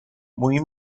mój